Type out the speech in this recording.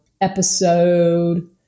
episode